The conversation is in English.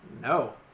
No